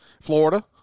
Florida